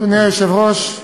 אדוני היושב-ראש,